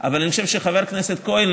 אבל אני חושב שחבר הכנסת כהן,